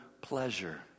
pleasure